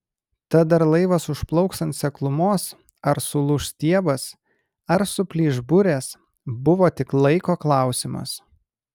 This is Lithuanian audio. tad ar laivas užplauks ant seklumos ar sulūš stiebas ar suplyš burės buvo tik laiko klausimas